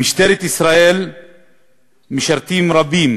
במשטרת ישראל משרתים רבים